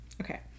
Okay